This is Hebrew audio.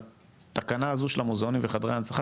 התקנה הזו של המוזיאונים וחדרי ההנצחה,